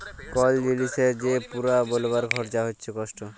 call জিলিসের যে পুরা বলবার খরচা হচ্যে কস্ট